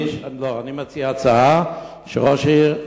אני מציע הצעה, שראש העיר,